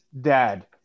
dad